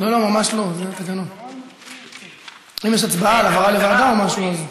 אם יש הצבעה על העברה לוועדה או משהו, אז.